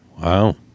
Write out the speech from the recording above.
Wow